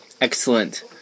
excellent